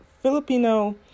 Filipino